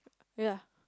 ya